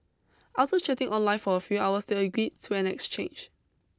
after chatting online for a few hours they agreed to an exchange